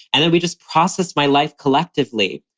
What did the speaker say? and then we just processed my life collectively.